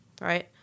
right